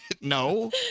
No